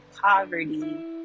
poverty